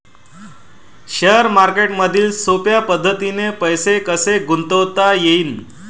Share मार्केटमधी सोप्या पद्धतीने पैसे कसे गुंतवता येईन?